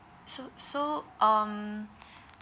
so so um